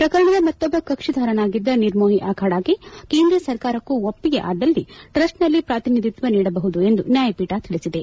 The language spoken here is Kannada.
ಪ್ರಕರಣದ ಮತ್ತೊಬ್ಬ ಕಕ್ಷಿಧಾರನಾಗಿದ್ದ ನಿರ್ಮೋಹಿ ಅಬಾಡಗೆ ಕೇಂದ್ರ ಸರ್ಕಾರಕ್ಕೂ ಒಪ್ಪಿಗೆ ಆದ್ದಲ್ಲಿ ಟ್ರಸ್ಟ್ನಲ್ಲಿ ಪ್ರಾತಿನಿಧಿತ್ವ ನೀಡಬಹುದು ಎಂದು ನ್ಯಾಯಪೀಠ ತಿಳಿಸಿದೆ